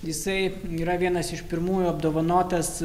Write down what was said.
jisai yra vienas iš pirmųjų apdovanotas